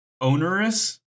Onerous